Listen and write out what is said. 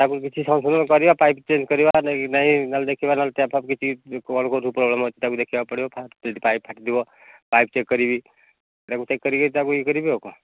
ତାକୁ କିଛି ସଂଶୋଧନ କରିବା ପାଇପ୍ ଚେଞ୍ଜ କରିବା ନାଇଁ ନାଇଁ ନହେଲେ ଦେଖିବା ନହେଲେ ଟେପ୍ ଫେପ୍ କିଛି ତାକୁ ଦେଖିବାକୁ ପଡିବ ଫାଷ୍ଟ ପାଇପ୍ ଫାଟିଥିବ ପାଇପ୍ ଚେକ୍ କରିବି ତାକୁ ଚେକ୍ କରିକି ତାକୁ ଇଏ କରିବି ଆଉ କ'ଣ